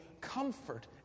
comfort